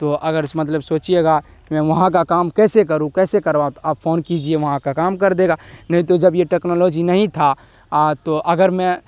تو اگرس مطلب سوچیے گا وہاں کا کام کیسے کروں کیسے کرواؤں آپ فون کیجیے وہاں کا کام کر دے گا نہیں تو جب یہ ٹیکنالوجی نہیں تھا تو اگر میں